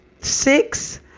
six